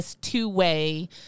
two-way